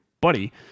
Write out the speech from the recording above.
buddy